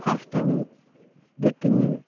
first time batting